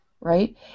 Right